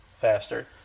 faster